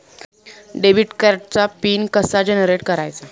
Debit कार्डचा pin कसा generate करायचा?